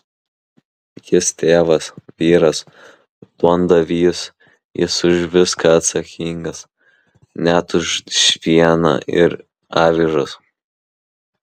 jis tėvas vyras duondavys jis už viską atsakingas net už šieną ir avižas